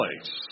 place